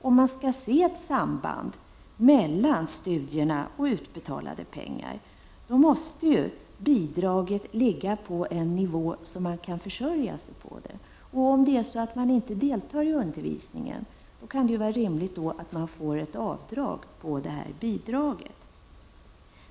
Om man skall se ett samband mellan studier och utbetalade pengar, måste bidraget ligga på en sådan nivå att man kan försörja sig på det. Om man inte deltar i undervisningen, kan det vara rimligt med ett avdrag på bidraget.